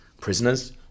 Prisoners